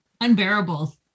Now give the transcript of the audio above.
unbearable